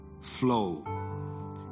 flow